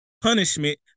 Punishment